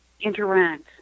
interact